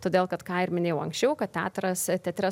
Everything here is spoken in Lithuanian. todėl kad ką ir minėjau anksčiau kad teatras teatre